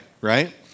right